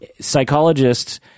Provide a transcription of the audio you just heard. Psychologists